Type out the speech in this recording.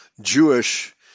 Jewish